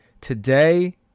today